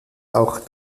auch